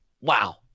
Wow